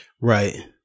Right